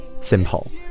Simple